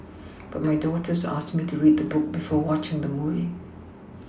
but my daughters asked me to read the book before watching the movie